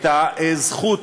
את הזכות